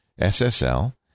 SSL